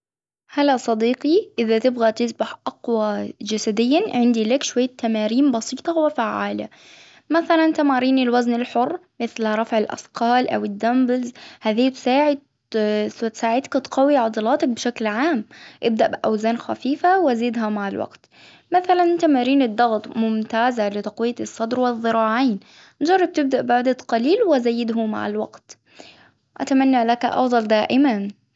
هلا صديقي إذا تبغى تذبح أقوى جسديا عندي لك شوية تمارين بسيطة وفعالة، مثلا تمارين الوزن الحر مثل رفع الأثقال أو الدمبلز هذه تساعد تساعدكم تقوي عضلاتك بشكل عام، إبدأ بأوزان خفيفة وزدها مع الوقت، مثلا تمارين الضغط ممتازة لتقوية الصدر والذراعين، جرب تبدأ بعدد قليل وزيده مع الوقت، أتمنى لك أفضل دائما.